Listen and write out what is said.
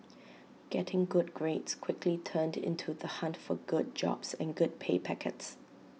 getting good grades quickly turned into the hunt for good jobs and good pay packets